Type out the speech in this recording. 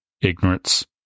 ignorance